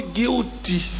guilty